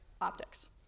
optics